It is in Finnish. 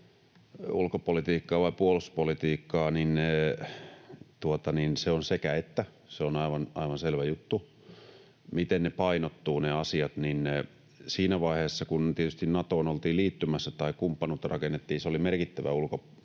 ulkopolitiikkaa vai puolustuspolitiikkaa, niin se on sekä—että. Se on aivan selvä juttu. Miten ne asiat sitten painottuvat, niin tietysti siinä vaiheessa, kun Natoon oltiin liittymässä tai kumppanuutta rakennettiin, se oli merkittävä ulko‑ ja